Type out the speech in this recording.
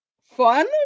fun